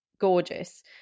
gorgeous